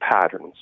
patterns